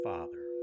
Father